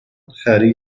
خرید